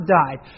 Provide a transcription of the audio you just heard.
died